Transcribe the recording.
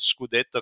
Scudetto